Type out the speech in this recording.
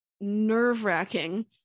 nerve-wracking